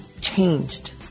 changed